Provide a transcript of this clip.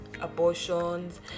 abortions